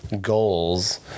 goals